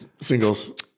singles